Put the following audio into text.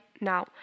now